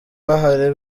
bahari